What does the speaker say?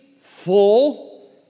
full